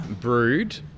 brewed